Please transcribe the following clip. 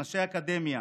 אנשי אקדמיה,